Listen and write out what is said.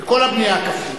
כל הבנייה הכפרית,